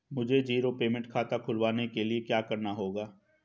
मुझे zero payment खाता खुलवाने के लिए क्या करना होगा?